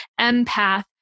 empath